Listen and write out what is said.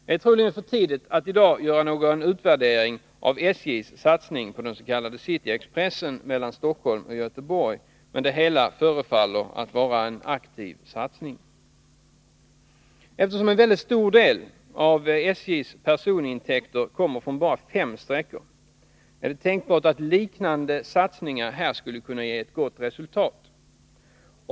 Det är troligen för tidigt att i dag göra någon utvärdering av SJ:s satsning på den s.k. City-Expressen mellan Stockholm och Göteborg, men det hela förefaller att vara en aktiv satsning. Eftersom en mycket stor del av SJ:s personintäkter kommer från bara fem sträckor, är det tänkbart att liknande satsningar här skulle kunna ge ett gott resultat.